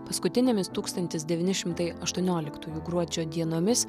paskutinėmis tūkstantis devyni šimtai aštuonioliktųjų gruodžio dienomis